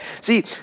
See